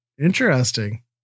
Interesting